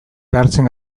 behartzen